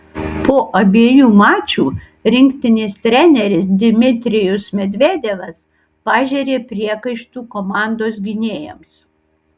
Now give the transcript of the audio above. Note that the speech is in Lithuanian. po abiejų mačų rinktinės treneris dmitrijus medvedevas pažėrė priekaištų komandos gynėjams